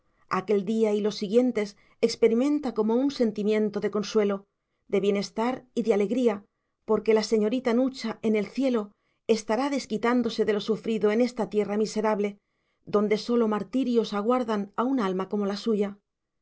aquel día y los siguientes experimenta como un sentirmento de consuelo de bienestar y de alegría porque la señorita nucha en el cielo estará desquitándose de lo sufrido en esta tierra miserable donde sólo martirios aguardan a un alma como la suya